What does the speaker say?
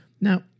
Now